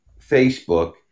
Facebook